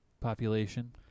population